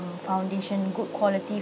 foundation good quality